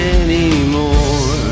anymore